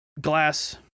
glass